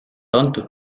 antud